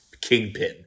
kingpin